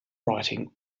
writing